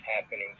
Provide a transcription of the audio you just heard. happening